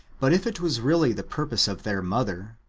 but if it was really the purpose of their mother,